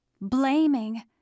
blaming